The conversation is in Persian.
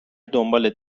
دنبالت